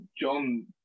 John